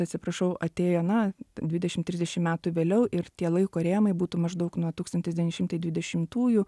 atsiprašau atėjo na dvidešim trisdešim metų vėliau ir tie laiko rėmai būtų maždaug nuo tūkstantis devyni šimtai dvidešimtųjų